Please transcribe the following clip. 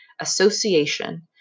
association